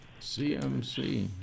CMC